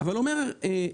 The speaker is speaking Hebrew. אבל אומר העליון.